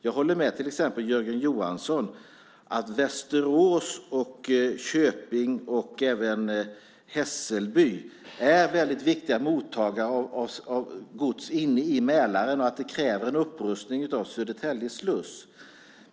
Jag håller till exempel med Jörgen Johansson om att Västerås, Köping och även Hässelby är väldigt viktiga mottagare av gods inne i Mälaren och att detta kräver en upprustning av Södertälje sluss.